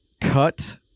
cut